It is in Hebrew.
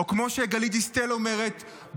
או כמו שגלית דיסטל אומרת,